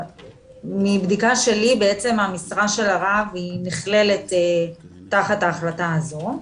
מבדיקה שלי המשרה של הרב נכללת תחת ההחלטה הזאת.